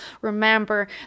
remember